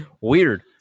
Weird